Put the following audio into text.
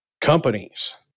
companies